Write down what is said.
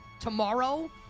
tomorrow